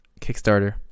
Kickstarter